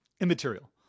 immaterial